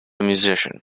musician